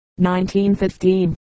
1915